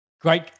Great